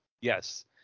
Yes